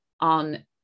on